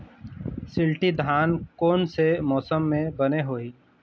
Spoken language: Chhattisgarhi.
शिल्टी धान कोन से मौसम मे बने होही?